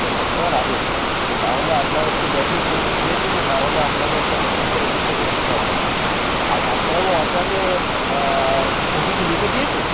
bandage করার আগে আচ্ছা তাহলে আপনার হচ্ছে ব্যান্ডেজ যেহেতু খুলে দিয়েছে তাহলে আপনাকে একটা নতুন করে এক্সরে করতে হবে আর ডাক্তারবাব আপনাকে ছুটি কি লিখে দিয়েছে